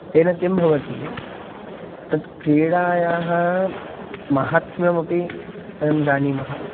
तेन किं भवति तत् क्रीडायाः महात्म्यमपि वयं जानीमः